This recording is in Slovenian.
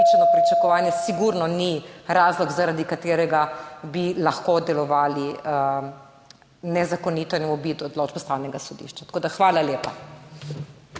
pričakovanje sigurno ni razlog, zaradi katerega bi lahko delovali nezakonito in obšli odločbe Ustavnega sodišča. Hvala lepa.